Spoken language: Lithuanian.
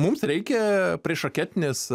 mums reikia priešraketinės